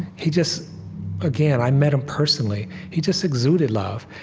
he just again, i met him personally he just exuded love.